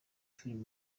filime